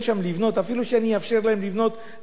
אפילו שאני אאפשר להם לבנות מעל שתי קומות,